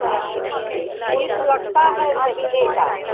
हाँ फीस लगती है महीने की